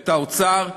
ואת האוצר,